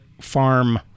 farm